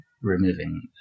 removing